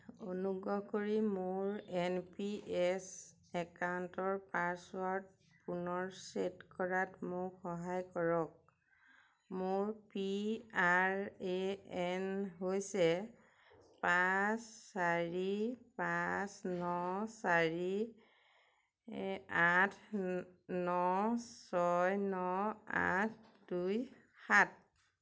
অনুগ্ৰহ কৰি মোৰ এন পি এছ একাউণ্টৰ পাছৱৰ্ড পুনৰ ছেট কৰাত মোক সহায় কৰক মোৰ পি আৰ এ এন হৈছে পাঁচ চাৰি পাঁচ ন চাৰি আঠ ন ছয় ন আঠ দুই সাত